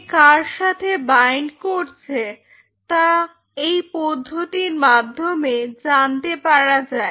কে কার সাথে বাইন্ড করছে তা এই পদ্ধতির মাধ্যমে জানতে পারা যায়